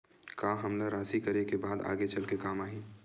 का हमला राशि करे के बाद आगे चल के काम आही?